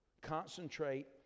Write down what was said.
Concentrate